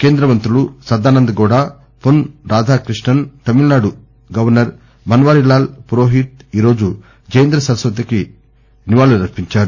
కేంద్ర మంత్రులు సదానందగౌడ్ రాధాకృష్ణన్ తమిళనాడు గవర్సర్ భన్వర్లాల్ పురోహిత్ ఈ రోజు జయేంద్ర సరస్వతికి నివాళులర్పించారు